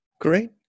great